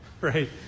right